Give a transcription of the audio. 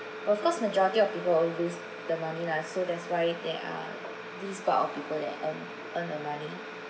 of course majority of people will always lose the money lah so that's why there are this part of people that earn earn the money